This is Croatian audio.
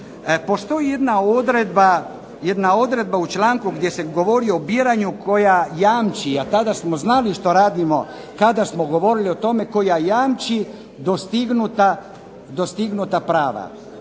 Postoji jedna odredba u članku gdje se govori o biranju koja jamči, a tada smo znali što radimo, kada smo govorili o tome koja jamči dostignuta prava